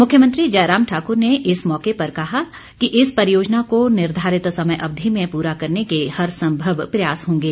मुख्यमंत्री जयराम ठाकुर ने इस मौके पर कहा कि इस परियोजना को निर्धारित समय अवधि में पूरा करने के हर सम्भव प्रयास होंगे